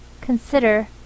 consider